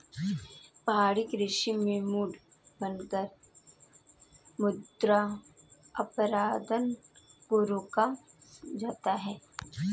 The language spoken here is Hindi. पहाड़ी कृषि में मेड़ बनाकर मृदा अपरदन को रोका जाता है